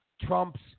Trump's